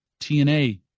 TNA